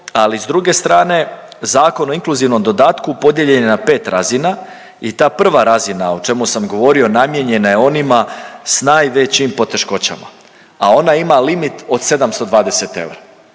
ali s druge strane, Zakon o inkluzivnom dodatku podijeljen je na 5 razina i ta prva razina, o čemu sam govorio namijenjena je onima s najvećim poteškoćama, a ona ima limit od 720 eura